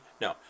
No